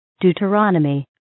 Deuteronomy